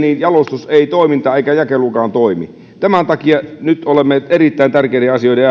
ei jalostus toiminta eikä jakelukaan toimi tämän takia nyt olemme erittäin tärkeiden asioiden